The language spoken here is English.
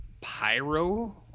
pyro